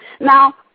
Now